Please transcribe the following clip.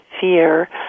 fear